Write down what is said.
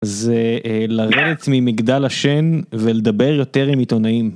זה לרדת ממגדל השן ולדבר יותר עם עיתונאים.